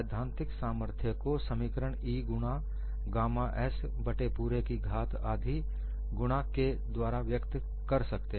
सैद्धांतिक सामर्थ्य को समीकरण E गुणा गामा s बट्टे पूरे की घात आधी गुणा के द्वारा व्यक्त कर सकते हैं